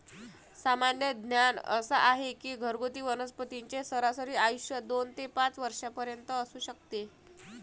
सामान्य ज्ञान असा आहे की घरगुती वनस्पतींचे सरासरी आयुष्य दोन ते पाच वर्षांपर्यंत असू शकते